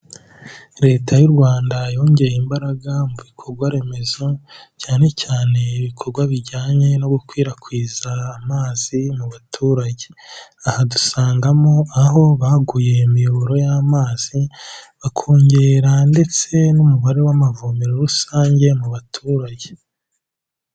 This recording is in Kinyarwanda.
Leta y'u Rwanda yongeye imbaraga mu bikogwaremezo cyane cyane ibikogwa bijyanye no gukwirakwiza amazi mu baturage. Aha dusangamo aho baguye imiyoboro y'amazi bakongera ndetse n'umubare w'amavomero rusange mu baturage.